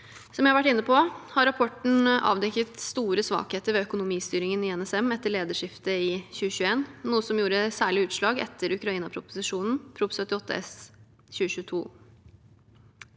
Som jeg har vært inne på, har rapporten avdekket store svakheter ved økonomistyringen i NSM etter lederskiftet i 2021, noe som gjorde særlig utslag etter Ukraina-proposisjonen, Prop.